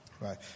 Right